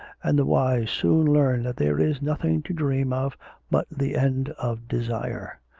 and the wise soon learn that there is nothing to dream of but the end of desire.